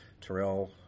Terrell